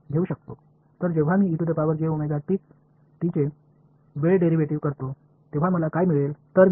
எனவே நான் time derivative எடுத்தாள் நான் என்ன பெற வேண்டும்